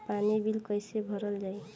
पानी बिल कइसे भरल जाई?